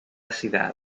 cidade